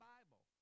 Bible